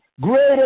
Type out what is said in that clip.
Greater